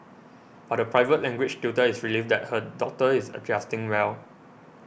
but the private language tutor is relieved that her daughter is adjusting well